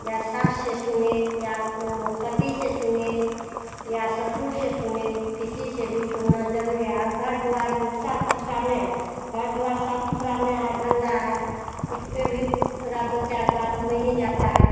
या सास से सुने या पति से सुने या ससुर से सुने किसी से भी सुनना जरूरी है अब घर द्वार साफ सुथरा नहीं है घर द्वार साफ सुथरा नय है गंदा है उसपे भी थोड़ा दो चार बात हो ही जाता है